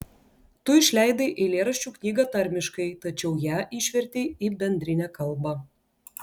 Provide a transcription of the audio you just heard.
tu išleidai eilėraščių knygą tarmiškai tačiau ją išvertei į bendrinę kalbą